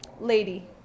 lady